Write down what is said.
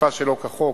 עקיפה שלא כחוק,